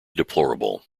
deplorable